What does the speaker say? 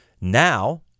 Now